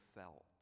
felt